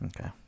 Okay